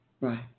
Right